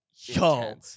Yo